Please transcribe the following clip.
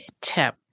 tip